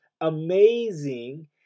amazing